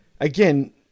again